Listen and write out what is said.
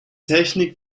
technik